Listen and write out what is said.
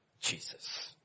Jesus